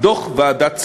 דוח ועדת צמח,